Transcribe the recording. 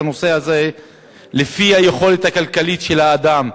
הנושא הזה לפי היכולת הכלכלית של האדם,